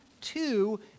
two